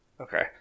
Okay